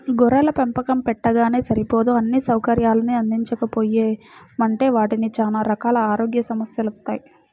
గొర్రెల పెంపకం పెట్టగానే సరిపోదు అన్నీ సౌకర్యాల్ని అందించకపోయామంటే వాటికి చానా రకాల ఆరోగ్య సమస్యెలొత్తయ్